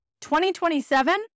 2027